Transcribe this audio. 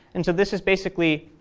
and this is basically